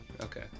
Okay